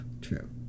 true